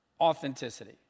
authenticity